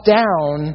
down